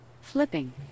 flipping